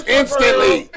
instantly